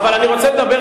אבל אני רוצה לדבר,